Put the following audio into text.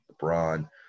LeBron